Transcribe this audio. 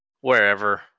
Wherever